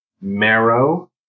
Marrow